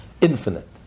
infinite